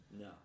No